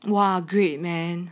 哇 great man